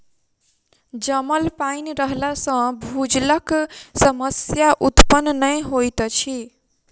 जमल पाइन रहला सॅ भूजलक समस्या उत्पन्न नै होइत अछि